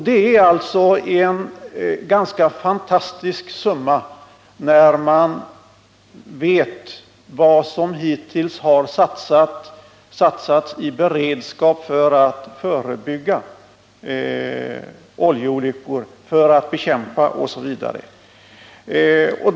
Det är en ganska fantastisk summa mot bakgrund av vad som hittills har satsats på beredskap för att förebygga oljeolyckor, för att bekämpa sådana osv.